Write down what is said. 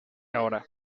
ahora